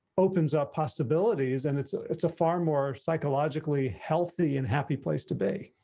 opens up possibilities, and it's ah it's a far more psychologically healthy and happy place to be.